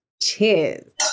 Cheers